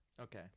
Okay